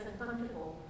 uncomfortable